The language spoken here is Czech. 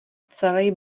celej